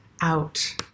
out